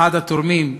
אחד התורמים,